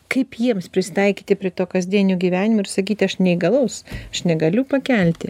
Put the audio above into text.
kaip jiems prisitaikyti prie to kasdienio gyvenimo ir sakyti aš neįgalus aš negaliu pakelti